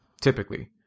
Typically